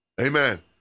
Amen